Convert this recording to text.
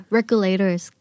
Regulators